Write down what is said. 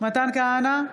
מתן כהנא,